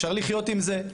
אפשר לחיות עם זה.